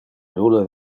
nulle